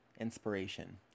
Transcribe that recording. inspiration